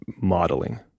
modeling